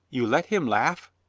you've let him laugh?